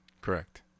Correct